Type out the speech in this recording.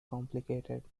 complicated